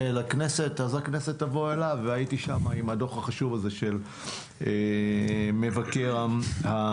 לכנסת אז הכנסת תבוא אליו והייתי שם עם הדוח החשוב הזה של מבקר המדינה.